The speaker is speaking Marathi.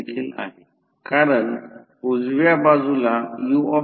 जर सुलभ केले तर ते V2होईल V2 येथे 190 आहे 190 192